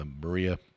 Maria